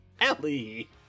Ellie